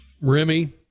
Remy